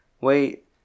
Wait